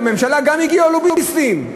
גם לממשלה הגיעו הלוביסטים?